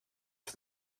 for